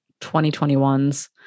2021s